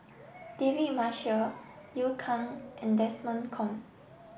David Marshall Liu Kang and Desmond Kon